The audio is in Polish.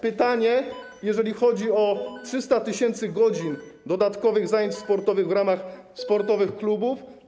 Pytanie, jeżeli chodzi o 300 tys. godzin dodatkowych zajęć sportowych w ramach sportowych klubów: